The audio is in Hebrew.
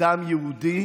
דם יהודי